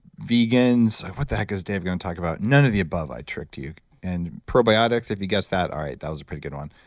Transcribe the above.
vegans, what the heck is dave going to talk about? none of the above, i tricked you and probiotics, if you guessed that, all right, that was a pretty good one,